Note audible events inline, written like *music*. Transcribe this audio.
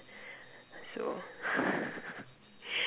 so *laughs*